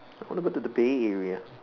what about the Bay area